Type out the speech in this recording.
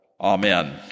Amen